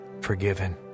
forgiven